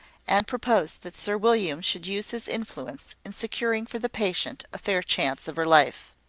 and proposed that sir william should use his influence in securing for the patient a fair chance of her life.